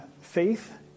faith